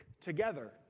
together